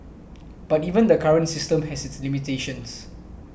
but even the current system has its limitations